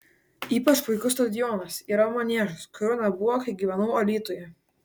ypač puikus stadionas yra maniežas kurio nebuvo kai gyvenau alytuje